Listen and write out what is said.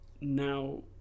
now